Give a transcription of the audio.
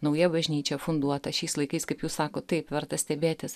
nauja bažnyčia funduota šiais laikais kaip jūs sakot taip verta stebėtis